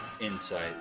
Insight